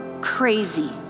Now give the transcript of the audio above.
crazy